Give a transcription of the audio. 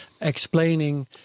explaining